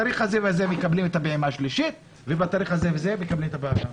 תאריך מקבלים את הפעימה השלישית ואת הפעימה הרביעית.